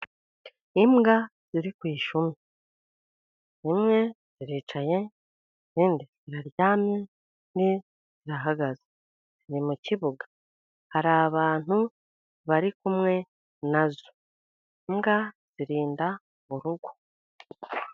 Imbwa ziri kushuri, imwe iricaye, indi iraryamye, indi irahagaze, ni mu kibuga hari abantu bari kumwe nazo, mbwa zirinda mu rugo